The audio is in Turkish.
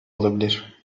olabilir